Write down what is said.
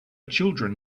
children